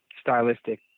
stylistic